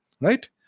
right